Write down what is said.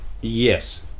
Yes